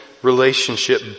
Relationship